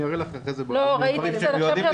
אני אראה לך אחרי זה --- אנחנו לא נחשפים --- לא,